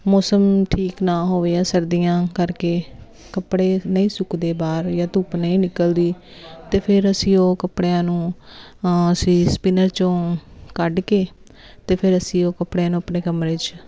ਮੌਸਮ ਠੀਕ ਨਾ ਹੋਵੇ ਜਾਂ ਸਰਦੀਆਂ ਕਰਕੇ ਕੱਪੜੇ ਨਹੀਂ ਸੁੱਕਦੇ ਬਾਹਰ ਜਾਂ ਧੁੱਪ ਨਹੀਂ ਨਿਕਲਦੀ ਅਤੇ ਫਿਰ ਅਸੀਂ ਉਹ ਕੱਪੜਿਆਂ ਨੂੰ ਅਸੀਂ ਸਪਿਨਰ 'ਚੋਂ ਕੱਢ ਕੇ ਅਤੇ ਫਿਰ ਅਸੀਂ ਉਹ ਕੱਪੜਿਆਂ ਨੂੰ ਆਪਣੇ ਕਮਰੇ 'ਚ